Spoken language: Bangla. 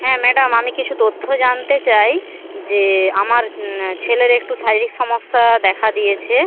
হ্যাঁ ম্যাডাম আমি কিছু তথ্য জানতে চাই যে আমার ছেলের একটু শারীরিক সমস্যা দেখা দিয়েছে